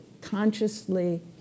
consciously